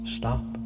stop